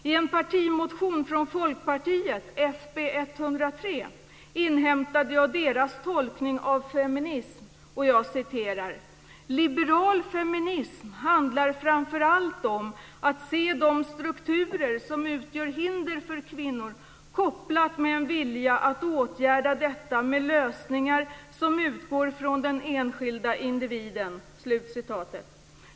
I en partimotion från Folkpartiet, fp103, inhämtade jag partiets tolkning av feminism, nämligen: Liberal feminism handlar framför allt om att se de strukturer som utgör hinder för kvinnor kopplat med en vilja att åtgärda detta med lösningar som utgår från den enskilde individen.